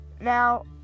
Now